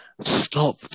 Stop